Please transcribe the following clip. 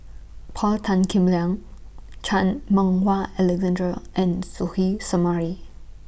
Paul Tan Kim Liang Chan Meng Wah Alexander and Suzairhe Sumari